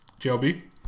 JLB